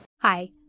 Hi